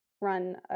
run